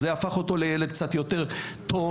זה הפך אותו לילד קצת יותר טוב,